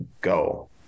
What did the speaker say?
go